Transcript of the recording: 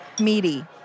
meaty